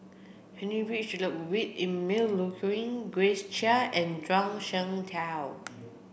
Heinrich Ludwig Emil Luering Grace Chia and Zhuang Shengtao